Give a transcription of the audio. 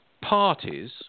parties